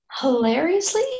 Hilariously